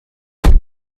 will